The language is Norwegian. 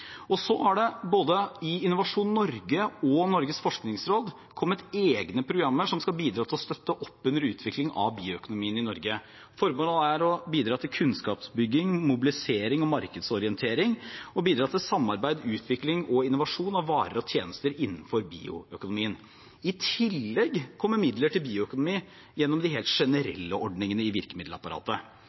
Så har det både i Innovasjon Norge og i Norges forskningsråd kommet egne programmer som skal bidra til å støtte opp under utviklingen av bioøkonomien i Norge. Formålet er å bidra til kunnskapsbygging, mobilisering og markedsorientering og til samarbeid, utvikling og innovasjon av varer og tjenester innenfor bioøkonomien. I tillegg kommer midler til bioøkonomi gjennom de helt generelle ordningene i virkemiddelapparatet.